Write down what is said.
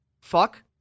Fuck